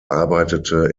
arbeitete